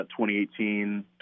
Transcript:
2018